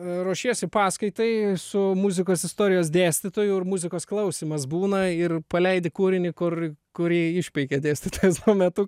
ruošiesi paskaitai su muzikos istorijos dėstytoju ir muzikos klausymas būna ir paleidi kūrinį kur kurį išpeikė dėstytojas tuo metu kai